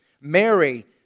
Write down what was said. Mary